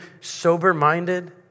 sober-minded